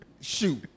shoot